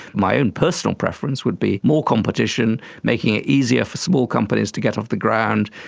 my own personal preference would be more competition, making it easier for small companies to get off the ground,